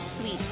sweet